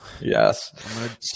yes